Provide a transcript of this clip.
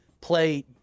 play